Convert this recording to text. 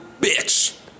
bitch